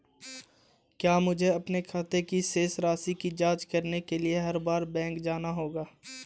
क्या मुझे अपने खाते की शेष राशि की जांच करने के लिए हर बार बैंक जाना होगा?